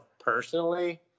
personally